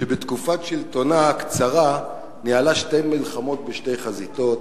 שבתקופת שלטונה הקצרה ניהלה שתי מלחמות בשתי חזיתות?